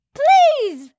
please